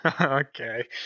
okay